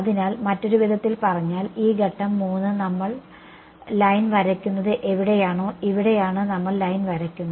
അതിനാൽ മറ്റൊരു വിധത്തിൽ പറഞ്ഞാൽ ഈ ഘട്ടം 3 നമ്മൾ ലൈൻ വരയ്ക്കുന്നത് എവിടെയാണോ ഇവിടെയാണ് നമ്മൾ ലൈൻ വരക്കുന്നത്